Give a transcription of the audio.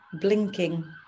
blinking